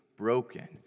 broken